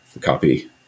copy